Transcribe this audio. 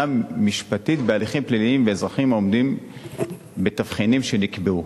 משפטית בהליכים פליליים לאזרחים העומדים בתבחינים שנקבעו.